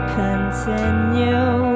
continue